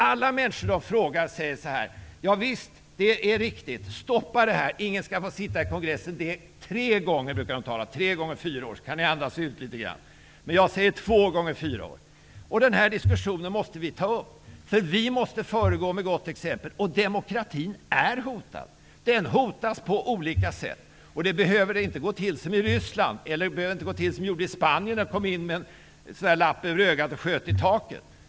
Alla människor man frågar om detta säger: Ja visst, det är riktigt. Ingen skall få sitta i kongressen så länge. I Amerika brukar de tala om tre gånger fyra år, så ni kan andas ut litet grand. Men jag säger två gånger fyra år. Den här diskussionen måste vi ta upp. Vi måste föregå med gott exempel. Demokratin är hotad. Den hotas på olika sätt. Det behöver inte gå till som det gjorde i Ryssland eller i Spanien där någon kom in med en lapp för ögat och sköt i taket.